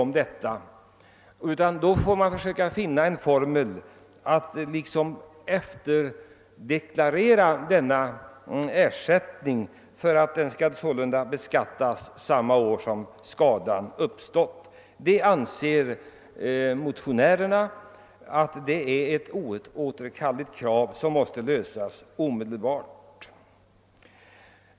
Man får försöka finna en formel för att liksom efterdeklarera ersättningen så att den skall beskattas samma år som skadan uppstått. Det anser motionärerna vara ett oåterkalleligt krav som måste tillgodoses omedelbart.